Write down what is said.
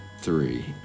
three